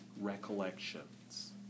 recollections